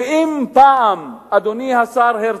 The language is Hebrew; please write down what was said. אם פעם, אדוני השר הרצוג,